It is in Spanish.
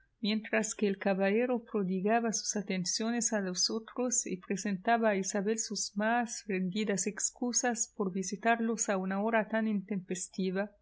mientras que el caballero prodigaba sus atenciones a los otros y presentaba a isabel sus más rendidas excusas por visitarlos a una hora tan intempestiva